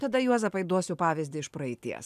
tada juozapai duosiu pavyzdį iš praeities